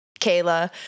Kayla